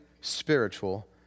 spiritual